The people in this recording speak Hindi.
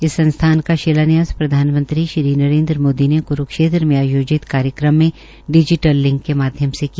इस संस्थान का शिलान्यास प्रधानमंत्री श्री नरेन्द्र मोदी ने कुरूक्षेत्र में आयोजित कार्यक्रम में डिजीटल लिंक के माध्यम से किया